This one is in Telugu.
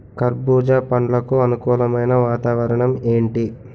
కర్బుజ పండ్లకు అనుకూలమైన వాతావరణం ఏంటి?